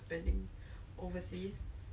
but I know japan is a bit like